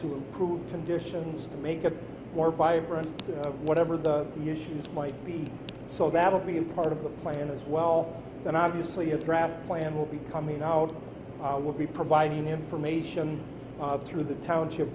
to improve conditions to make it more vibrant whatever the missions might be so that'll be a part of the plan as well and obviously a draft plan will be coming out what we providing information through the township